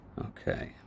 okay